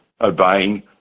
obeying